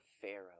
Pharaoh